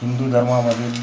हिंदू धर्मामधील